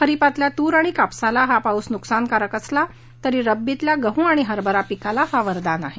खरीपातल्या तूर आणि कापसाला हा पाऊस नुकसान कारक असला तरी रब्बील्या गह हरभरा पिकाला हा वरदान ठरणार आहे